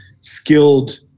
skilled